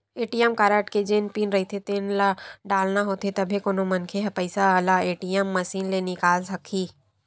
ATM card के जेन pin रहिथे तेन ल डालना होथे तभे कोनो मनखे ह पइसा ल ए.टी.एम मसीन ले निकाले सकही